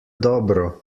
dobro